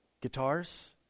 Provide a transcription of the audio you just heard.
guitars